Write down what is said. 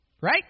Right